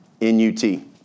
N-U-T